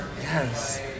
Yes